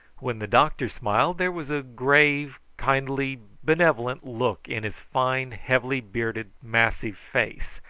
when the doctor smiled there was a grave kindly benevolent look in his fine heavily-bearded massive face.